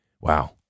Wow